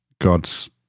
God's